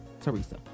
Teresa